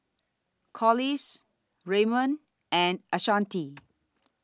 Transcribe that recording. Collis Raymond and Ashanti